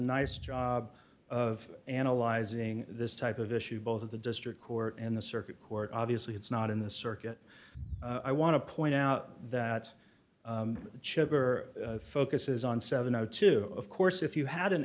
nice job of analyzing this type of issue both of the district court and the circuit court obviously it's not in the circuit i want to point out that chigurh focuses on seven o two of course if you had an